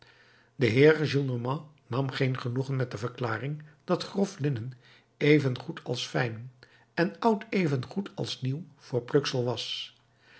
de heer gillenormand nam geen genoegen met de verklaring dat grof linnen evengoed als fijn en oud evengoed als nieuw voor pluksel was